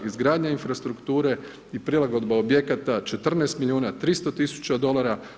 Izgradnja infrastrukture i prilagodba objekata 14 milijuna 300 tisuća dolara.